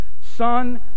Son